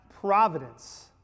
providence